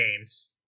games